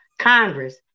Congress